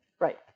Right